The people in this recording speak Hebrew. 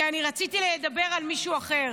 כי אני רציתי לדבר על מישהו אחר,